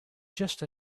just